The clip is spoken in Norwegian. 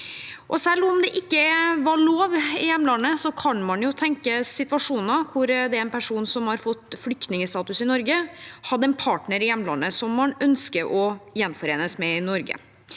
Selv om det ikke var lov i hjemlandet, kan man jo tenke seg situasjoner hvor en person som har fått flyktningstatus i Norge, hadde en partner i hjemlandet som man ønsker å gjenforenes med i Norge.